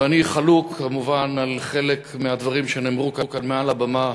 ואני חולק כמובן על חלק מהדברים שנאמרו כאן מעל הבמה,